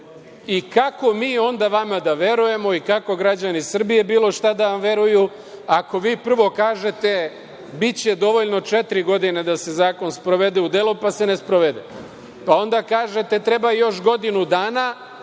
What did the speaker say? I kako mi onda vama da verujemo i kako građani Srbije bilo šta da vam veruju, ako vi prvo kažete – biće dovoljno četiri godine da se zakon sprovede u delo, pa se ne sprovode, pa onda kažete treba još godinu dana